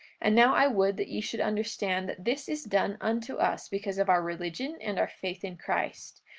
and now i would that ye should understand that this is done unto us because of our religion and our faith in christ.